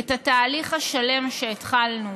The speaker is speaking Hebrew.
את התהליך השלם שהתחלנו,